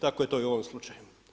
Tako je to i u ovom slučaju.